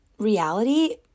reality